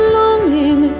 longing